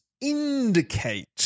indicate